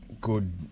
good